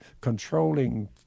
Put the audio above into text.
controlling